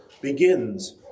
begins